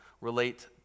relate